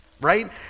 right